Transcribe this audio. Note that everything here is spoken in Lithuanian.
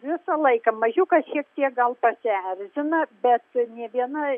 visą laiką mažiukas šiek tiek gal pasierzina bet nė viena